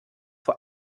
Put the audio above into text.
vor